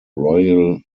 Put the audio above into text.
royal